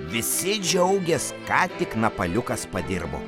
visi džiaugės ką tik napaliukas padirbo